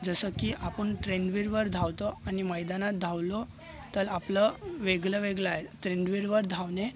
जसं की आपण ट्रेंडमिलवर धावतो आणि मैदानात धावलो तर आपलं वेगळं वेगळं आहे ट्रेंडमिलवर धावणे